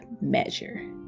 measure